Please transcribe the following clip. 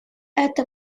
это